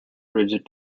rigid